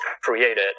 created